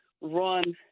run